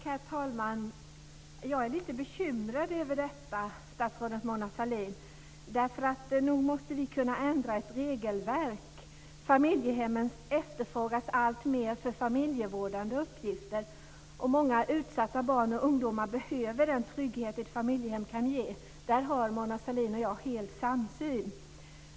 Herr talman! Jag är lite bekymrad över detta, statsrådet Mona Sahlin. Nog måste ni kunna ändra ett regelverk. Familjehemmen efterfrågas alltmer för familjevårdande uppgifter. Många utsatta barn och ungdomar behöver den trygghet som ett familjehem kan ge. Där har Mona Sahlin och jag stor samsyn.